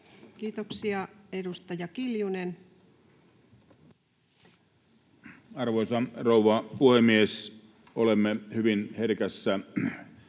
Kiitoksia. — Edustaja Kiljunen. Arvoisa rouva puhemies! Olemme hyvin herkässä